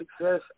success